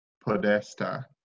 Podesta